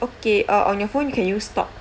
okay uh on your phone can you stop